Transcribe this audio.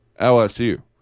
LSU